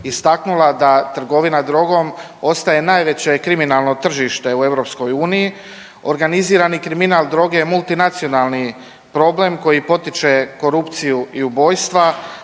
istaknula da trgovina drogom ostaje najveće kriminalno tržište u EU. Organizirani kriminal droge je multinacionalni problem koji potiče korupciju i ubojstva,